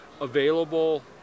available